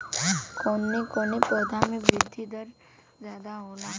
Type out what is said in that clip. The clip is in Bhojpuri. कवन कवने पौधा में वृद्धि दर ज्यादा होला?